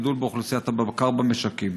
גידול באוכלוסיית הבקר במשקים.